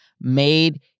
made